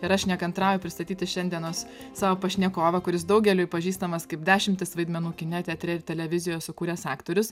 ir aš nekantrauju pristatyti šiandienos savo pašnekovą kuris daugeliui pažįstamas kaip dešimtis vaidmenų kine teatre ir televizijoj sukūręs aktorius